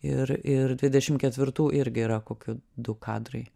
ir ir dvidešimt ketvirtų irgi yra kokie du kadrai